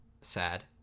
sad